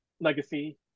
Legacy